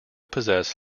possess